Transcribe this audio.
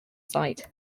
site